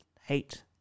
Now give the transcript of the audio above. hate